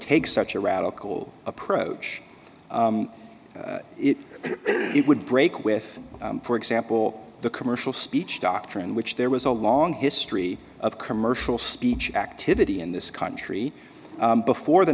take such a radical approach it it would break with for example the commercial speech doctrine which there was a long history of commercial speech activity in this country before the